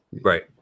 Right